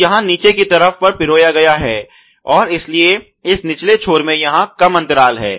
तो यहाँ नीचे की तरफ पर पिरोया गया है और इसलिए इस निचले छोर में यहाँ कम अंतराल हैं